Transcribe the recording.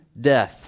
death